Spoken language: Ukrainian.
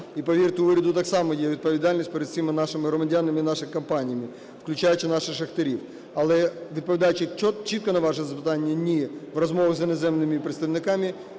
І повірте мені, в уряду так само є відповідальність перед всіма нашими громадянами, нашими компаніями, включаючи наших шахтарів. Але відповідаючи чітко на ваше запитання "ні" у розмовах з іноземними представниками,